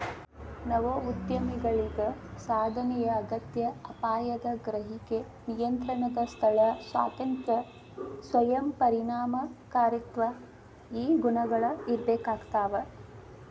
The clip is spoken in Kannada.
ನವೋದ್ಯಮಿಗಳಿಗ ಸಾಧನೆಯ ಅಗತ್ಯ ಅಪಾಯದ ಗ್ರಹಿಕೆ ನಿಯಂತ್ರಣದ ಸ್ಥಳ ಸ್ವಾತಂತ್ರ್ಯ ಸ್ವಯಂ ಪರಿಣಾಮಕಾರಿತ್ವ ಈ ಗುಣಗಳ ಇರ್ಬೇಕಾಗ್ತವಾ